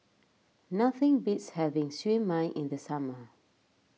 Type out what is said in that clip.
nothing beats having Siew Mai in the summer